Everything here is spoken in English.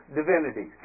divinity